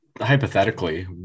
hypothetically